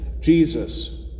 Jesus